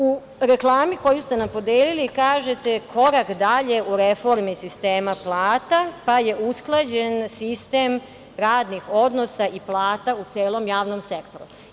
U reklami koju ste nam podelili kažete – korak dalje u reformi sistema plata, pa je usklađen sistem radnih odnosa i plata u celom javnom sektoru.